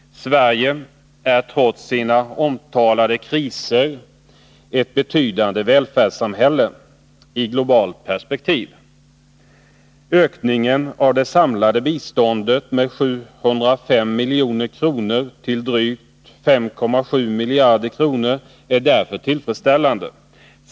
Sverige är i ett globalt perspektiv, trots sina omtalade kriser, ett betydande välfärdssamhälle. Ökningen av det samlade biståndet med 705 miljoner till drygt 5,7 miljarder kronor är därför tillfredsställande.